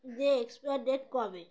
যে expire date কবে